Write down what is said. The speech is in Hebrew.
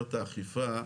במסגרת האכיפה,